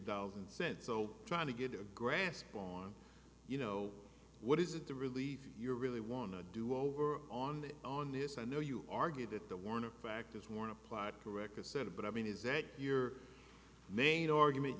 delve and said so trying to get a grasp on you know what is it the relief you really want to do over on the on this i know you argue that the warning factors warn applied to record setting but i mean is that your main argument